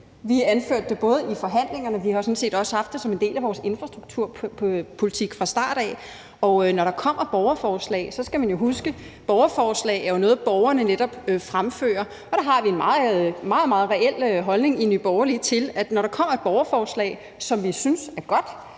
Vi anførte det både under forhandlingerne, men vi har sådan set også haft det som en del af vores infrastrukturpolitik fra start af. Og når der kommer borgerforslag, skal man jo huske, at borgerforslag netop er noget, borgerne fremfører, og der har vi en meget, meget reel holdning i Nye Borgerlige til, at når der kommer et borgerforslag, som vi synes er godt,